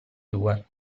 due